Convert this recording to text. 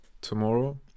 tomorrow